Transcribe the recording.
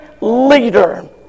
leader